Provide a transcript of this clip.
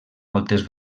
moltes